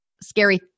scary